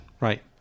Right